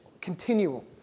continual